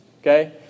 Okay